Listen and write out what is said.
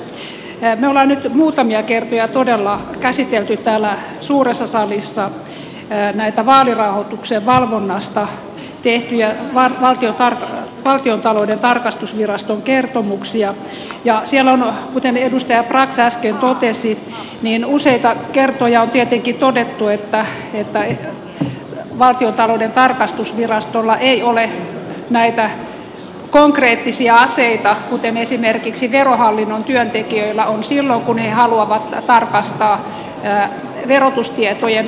me olemme nyt muutamia kertoja todella käsitelleet täällä suuressa salissa näitä vaalirahoituksen valvonnasta tehtyjä valtiontalouden tarkastusviraston kertomuksia ja siellä on kuten edustaja brax äsken totesi useita kertoja tietenkin todettu että valtiontalouden tarkastusvirastolla ei ole näitä konkreettisia aseita kuten esimerkiksi verohallinnon työntekijöillä on silloin kun he haluavat tarkastaa verotustietojen oikeellisuutta